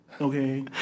Okay